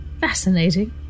fascinating